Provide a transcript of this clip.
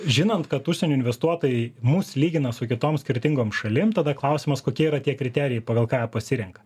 žinant kad užsienio investuotojai mus lygina su kitom skirtingom šalim tada klausimas kokie yra tie kriterijai pagal ką pasirenka